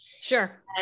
Sure